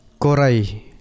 korai